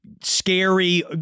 scary